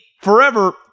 forever